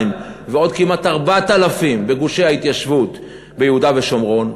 ועוד כמעט 4,000 בגושי ההתיישבות ביהודה ושומרון.